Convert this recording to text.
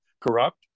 corrupt